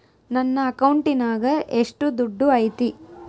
ನನ್ನ ಅಕೌಂಟಿನಾಗ ಎಷ್ಟು ದುಡ್ಡು ಐತಿ?